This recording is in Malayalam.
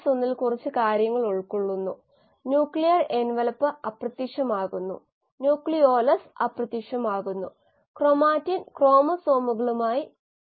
നൈട്രജൻ ഉറവിടം കാരണം കോശങ്ങൾക്ക് nitrogen carbon nitrogen oxygen hydrogen phosphorus തുടങ്ങിയവ കോശങ്ങളിലെ ജീവനുള്ള സിസ്റ്റങ്ങളിൽ അവശ്യ ഘടകങ്ങളാണ്